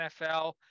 NFL